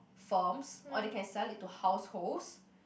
firms or they can sell it to households